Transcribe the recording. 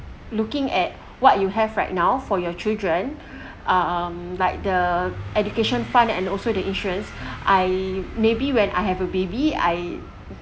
looking at what you have right now for your children um like the education fund and also the insurance I maybe when I have a baby I